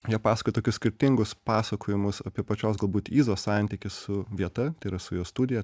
jie pasakoja tokius skirtingus pasakojimus apie pačios galbūt izos santykį su vieta tai yra su jos studija